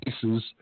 pieces